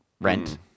rent